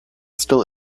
still